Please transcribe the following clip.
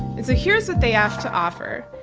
and so here's what they have to offer.